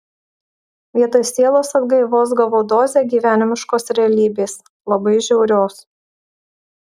vietoj sielos atgaivos gavau dozę gyvenimiškos realybės labai žiaurios